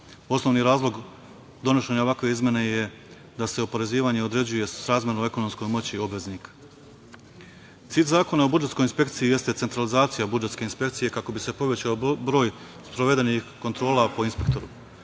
Osnovni razlog donošenje ovakve izmene je da se oporezivanje određuje srazmerno u ekonomskoj moći obveznika. Cilj Zakona o budžetskoj inspekciji jeste centralizacija budžetske inspekcije kako bi se povećao broj sprovedenih kontrola po inspektoru.